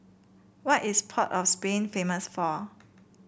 what is Port of Spain famous for